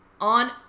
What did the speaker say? on